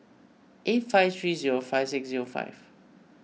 eight five three zero five six zero five